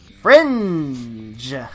fringe